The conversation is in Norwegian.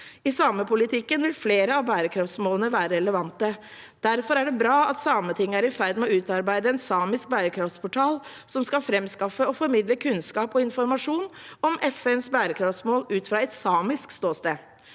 I samepolitikken vil flere av bærekraftsmålene være relevante. Derfor er det bra at Sametinget er i ferd med å utarbeide en samisk bærekraftsportal som skal framskaffe og formidle kunnskap og informasjon om FNs bærekraftsmål ut fra et samisk ståsted.